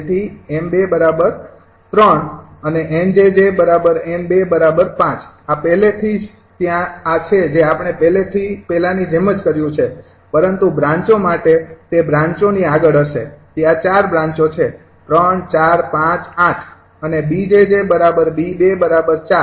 તેથી 𝑚૨3 અને 𝑁𝑗𝑗𝑁2૫ આ પહેલાથી જ ત્યાં આ છે જે આપણે પહેલાની જેમ જ કર્યું છે પરંતુ બ્રાંચો માટે તે બ્રાંચોની આગળ હશે ત્યાં ૪ બ્રાંચો છે ૩૪૫૮ અને 𝐵𝑗𝑗𝐵૨૪